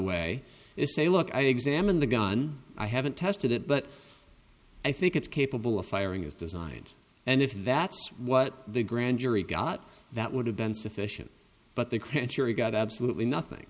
say look i examined the gun i haven't tested it but i think it's capable of firing as designed and if that's what the grand jury got that would have been sufficient but the grand jury got absolutely nothing